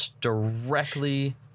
directly